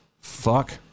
Fuck